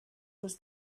was